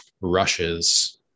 rushes